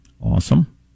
awesome